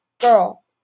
girl